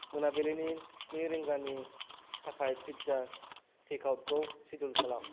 मोनाबिलिनि स्नि रिंगानि थाखाय फिज्जा टेक आउटखौ सिदुल खालाम